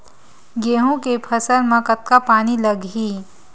गेहूं के फसल म कतका पानी लगही?